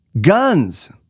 Guns